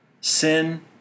Sin